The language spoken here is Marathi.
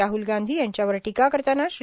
राहुल गांधी यांच्यावर टीका करताना श्री